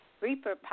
Reaper